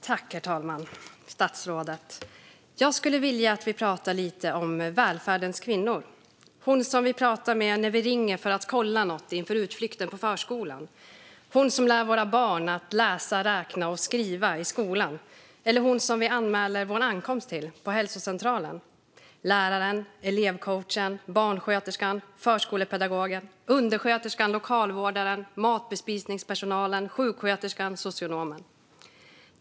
Herr talman och statsrådet! Jag skulle vilja att vi pratar lite om välfärdens kvinnor. Den det handlar om är hon som vi pratar med när vi ringer för att kolla något inför utflykten på förskolan, hon som lär våra barn att läsa, räkna och skriva i skolan eller hon som vi anmäler vår ankomst till på hälsocentralen - läraren, elevcoachen, barnsköterskan, förskolepedagogen, undersköterskan, lokalvårdaren, matbespisningspersonalen, sjuksköterskan och socionomen.